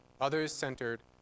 Others-centered